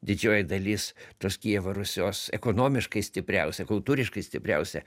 didžioji dalis tos kijevo rusios ekonomiškai stipriausia kultūriškai stipriausia